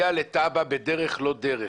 לפני שבוע, הגיע לטאבה בדרך לא דרך.